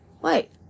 Wait